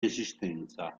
esistenza